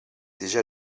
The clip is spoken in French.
déjà